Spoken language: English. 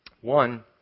One